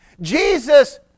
Jesus